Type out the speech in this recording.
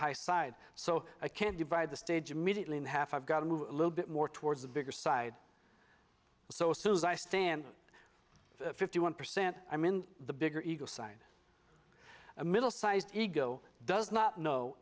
high side so i can't divide the stage immediately in half i've got a little bit more towards the bigger side so as soon as i stand fifty one percent i'm in the bigger ego sign a middle sized ego does not know